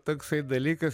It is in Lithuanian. toksai dalykas